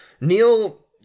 Neil